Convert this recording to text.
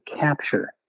capture